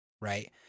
right